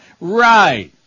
Right